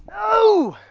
oh